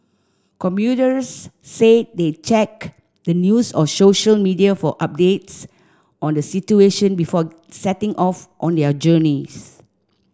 commuters said they checked the news or social media for updates on the situation before setting off on their journeys